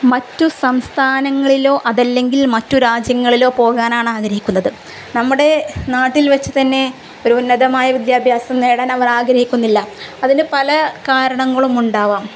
മറ്റു സംസ്ഥാനങ്ങളിലോ അതല്ലെങ്കിൽ മറ്റ് രാജ്യങ്ങളിലോ പോകാനാാണ് ആഗ്രഹിക്കുന്നത് നമ്മുടെ നാട്ടിൽ വെച്ച് തന്നെ ഒരു ഉന്നതമായ വിദ്യാഭ്യാസം നേടാൻ അവർ ആഗ്രഹിക്കുന്നില്ല അതിന് പല കാരണങ്ങളും ഉണ്ടാവാം